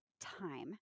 time